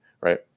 right